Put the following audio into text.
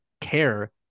care